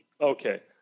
Okay